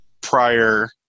prior